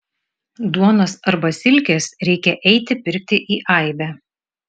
duonos arba silkės reikia eiti pirkti į aibę